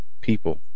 people